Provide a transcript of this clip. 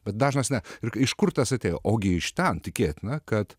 bet dažnas ne ir iš kur tas atėjo ogi iš ten tikėtina kad